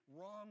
wrong